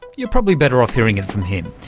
you're probably better off hearing it from him,